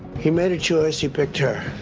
he made a choice. he picked her.